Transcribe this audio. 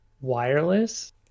wireless